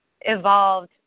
evolved